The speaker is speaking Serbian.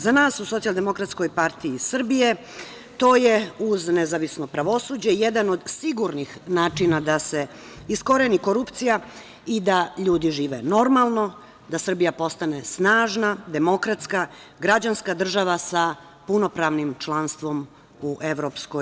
Za nas u Socijaldemokratskoj partiji Srbije to je, uz nezavisno pravosuđe, jedan od sigurnih načina da se iskoreni korupcija i ljudi žive normalno, da Srbija postane snažna, demokratska, građanska država sa punopravnim članstvom u EU.